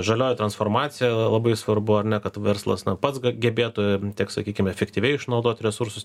žalioji transformacija labai svarbu ar ne kad verslas pats gebėtų tiek sakykim efektyviai išnaudot resursus